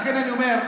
לכן אני אומר,